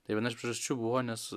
tai viena iš priežasčių buvo nes